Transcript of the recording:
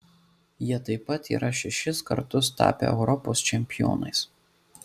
jie taip pat yra šešis kartus tapę europos čempionais